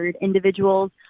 individuals